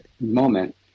moment